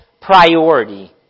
priority